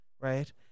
right